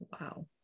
Wow